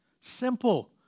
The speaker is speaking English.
simple